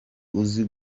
uzi